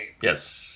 Yes